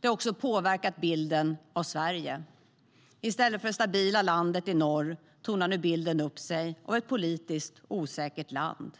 Det har också påverkat bilden av Sverige. I stället för det stabila landet i norr tornar nu bilden upp sig av ett politiskt osäkert land.